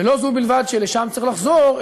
ולא זו בלבד שלשם צריך לחזור,